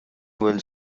bhfuil